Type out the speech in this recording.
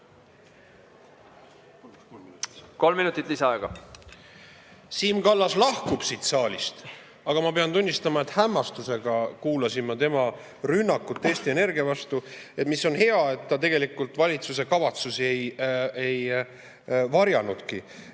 Kolm minutit lisaaega. Siim Kallas lahkub siit saalist, aga ma pean tunnistama, et hämmastusega kuulasin ma tema rünnakut Eesti Energia vastu. Hea on see, et ta valitsuse tegelikke kavatsusi ei varjanudki.